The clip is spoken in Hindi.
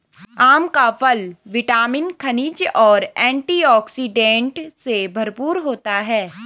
आम का फल विटामिन, खनिज और एंटीऑक्सीडेंट से भरपूर होता है